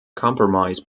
compromise